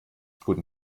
guten